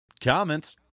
comments